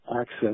access